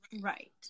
Right